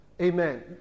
Amen